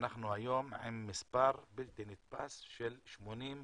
אנחנו עם מספר בלתי נתפס של 83